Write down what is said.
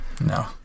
no